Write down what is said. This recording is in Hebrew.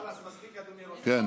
חלאס, מספיק, אדוני ראש הממשלה.